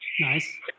Nice